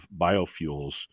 biofuels